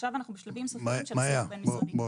עכשיו אנחנו בשלבים סופיים של השיח הבין משרדי.